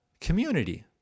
community